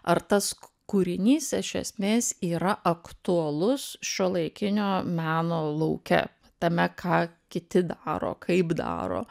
ar tas kūrinys iš esmės yra aktualus šiuolaikinio meno lauke tame ką kiti daro kaip daro